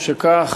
טוב שכך,